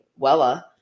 Wella